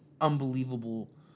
unbelievable